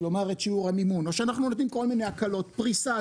כלומר את שיעור המימון או שאנחנו נותנים כל מיני הקלות: פריסה,